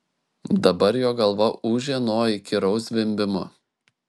dabar jo galva ūžė nuo įkyraus zvimbimo